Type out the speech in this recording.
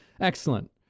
Excellent